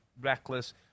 reckless